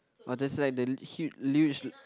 or there's like the huge luge